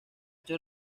ocho